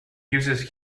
uses